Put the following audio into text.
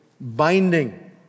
binding